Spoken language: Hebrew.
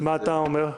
מה אתה אומר?